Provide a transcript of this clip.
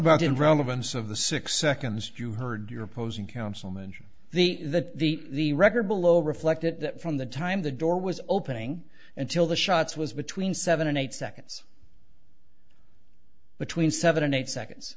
about in relevance of the six seconds you heard your opposing counsel mention the that the record below reflected that from the time the door was opening until the shots was between seven and eight seconds between seven and eight seconds